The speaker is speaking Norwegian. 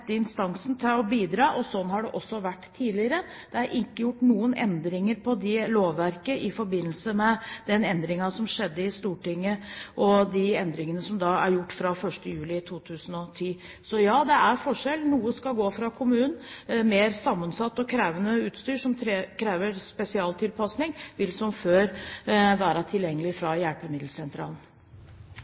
instansen til å bidra. Slik har det også vært tidligere. Det er ikke gjort noen endringer i det lovverket i forbindelse med de endringer som ble vedtatt i Stortinget, med virkning fra 1. juli 2010. Ja, det er forskjell. Noe skal gå fra kommunen, mens mer sammensatt og krevende utstyr som krever spesialtilpasning, vil, som før, være tilgjengelig fra